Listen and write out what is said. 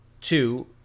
Two